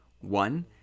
One